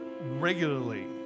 Regularly